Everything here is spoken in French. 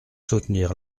soutenir